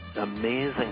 amazing